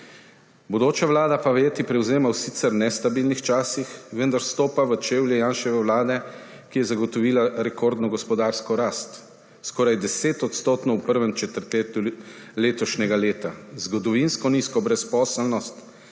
vlada pa vajeti prevzema v sicer nestabilnih časih, vendar stopa v čevlje Janševe vlade, ki je zagotovila rekordno gospodarsko rast − skoraj 10 % v prvem četrtletju letošnjega leta −, zgodovinsko nizko brezposelnost,